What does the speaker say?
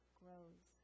grows